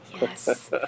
Yes